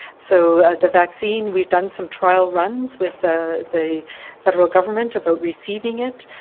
so ah the vaccine, we've done some trial runs with the the federal government about receiving it.